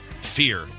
fear